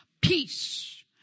Peace